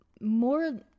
More